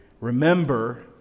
Remember